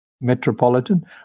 metropolitan